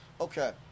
Okay